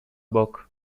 bok